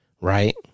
right